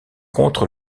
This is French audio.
contre